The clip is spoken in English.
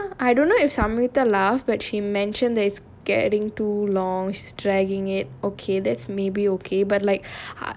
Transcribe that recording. ya like I ok lah samyuktha don't know if samyuktha laugh but she mentioned that is getting too long she's dragging it okay that's maybe okay but like